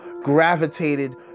gravitated